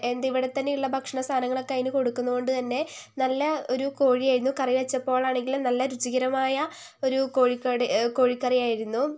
എന്താ ഇവിടെ തന്നെയുള്ള ഭക്ഷണ സാധനങ്ങളൊക്കെ അതിന് കൊടുക്കുന്നതുകൊണ്ട് തന്നെ നല്ല ഒരു കോഴിയായിരുന്നു കറി വച്ചപ്പോൾ ആണെങ്കിലും നല്ല രുചികരമായ ഒരു കോഴിക്കറി ആയിരുന്നു